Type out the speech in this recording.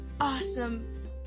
awesome